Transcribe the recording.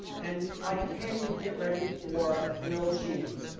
and like a pan you would get ready for grilled cheese.